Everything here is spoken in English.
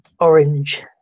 orange